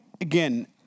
again